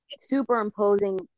superimposing